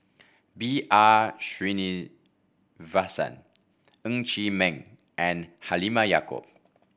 B R Sreenivasan Ng Chee Meng and Halimah Yacob